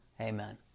Amen